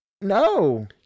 No